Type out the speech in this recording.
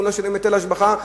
לא שילם היטל השבחה,